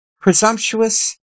presumptuous